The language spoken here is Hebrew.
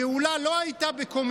" אלא שזיכרון הגאולה העתידה יהיה